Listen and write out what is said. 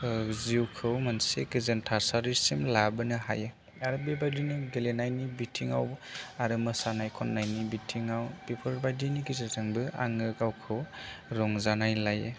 जिउखौ मोनसे गोजोन थासारिसिम लाबोनो हायो आरो बेबायदिनो गेलेनायनि बिथिङाव आरो मोसानाय खन्नायनि बिथिङाव बेफोरबायदिनि गेजेरजोंबो आङो गावखौ रंजानाय लायो